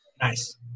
Nice